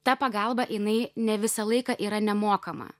ta pagalba jinai ne visą laiką yra nemokama